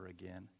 again